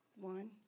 One